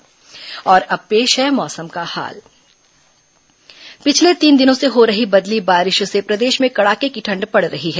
मौसम और अब पेश है मौसम का हाल पिछले तीन दिनों से हो रही बदली बारिश से प्रदेश में कड़ाके की ठंड पड़ रही है